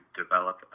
develop